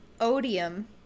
Odium